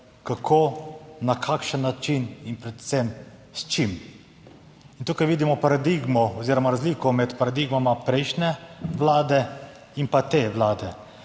kako, na kakšen način in predvsem s čim? In tukaj vidimo paradigmo oziroma razliko med paradigmama prejšnje vlade in pa te vlade.